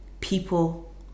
people